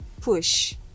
push